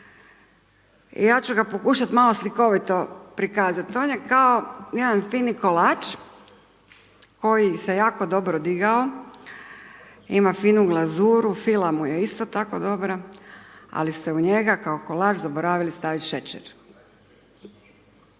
i ja ću ga pokušat malo slikovito prikazat, on je kao jedan fini kolač koji se jako dobro digao ima finu glazuru, fila mu je isto tako dobra, ali ste u njega kao kolač zaboravili staviti šećer,